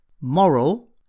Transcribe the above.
moral